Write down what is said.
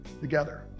together